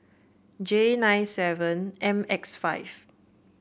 J nine seven M X five